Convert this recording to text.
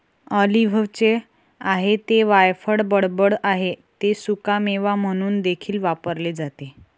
ऑलिव्हचे आहे ते वायफळ बडबड आहे ते सुकामेवा म्हणून देखील वापरले जाते